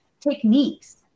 techniques